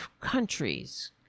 countries